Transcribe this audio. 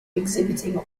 exhibiting